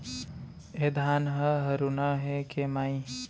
ए धान ह हरूना हे के माई?